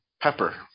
Pepper